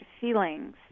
feelings